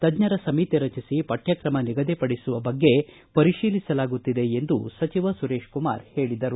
ತಜ್ಞರ ಸಮಿತಿ ರಚಿಸಿ ಪತ್ತಕಮ ನಿಗದಿ ಪಡಿಸುವ ಬಗ್ಗೆ ಪರಿಶೀಲಿಸಲಾಗುತ್ತಿದೆ ಎಂದು ಸಚಿವ ಸುರೇಶ್ ಕುಮಾರ್ ಹೇಳಿದರು